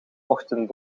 ochtend